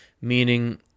meaning